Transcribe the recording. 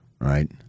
Right